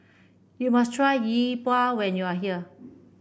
you must try Yi Bua when you are here